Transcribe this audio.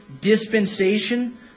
dispensation